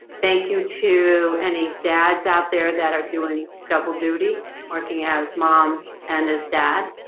thank you to any dads out there that are doing double-duty working as mom and as dad.